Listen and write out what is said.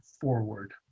forward